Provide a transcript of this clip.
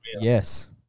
yes